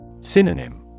Synonym